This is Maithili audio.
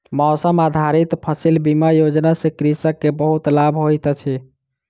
मौसम आधारित फसिल बीमा योजना सॅ कृषक के बहुत लाभ होइत अछि